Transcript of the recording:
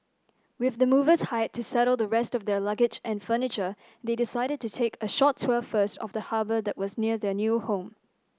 with the movers hired to settle the rest of their luggage and furniture they decided to take a short tour first of the harbour that was near their new home